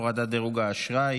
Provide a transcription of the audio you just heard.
הורדת דירוג האשראי